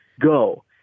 go